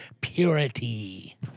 purity